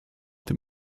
dem